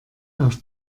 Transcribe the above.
auf